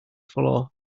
floor